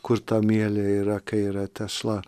kur ta mielė yra kai yra tešla